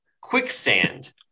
Quicksand